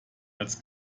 als